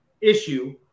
issue